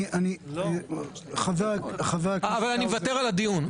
אני מוותר על הדיון.